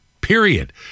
period